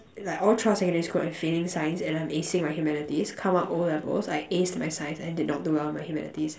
it's like all throughout secondary school I'm failing science and I'm acing my humanities come out O levels I aced my science and did not do well in my humanities